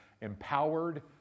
empowered